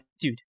Dude